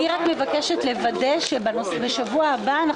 אני מבקשת לוודא שבשבוע הבא אנחנו